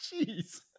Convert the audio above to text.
Jeez